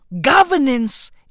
Governance